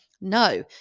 No